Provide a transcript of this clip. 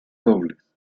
dobles